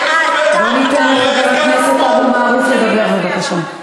זה אתה, חברת הכנסת ברקו גורמת כאן מהומות.